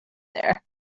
there